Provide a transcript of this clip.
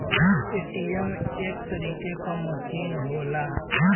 ATM एक तरीके क मसीन होला